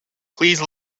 please